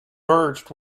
merged